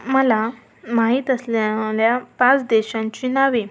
मला माहीत असलेल्या पाच देशांची नावे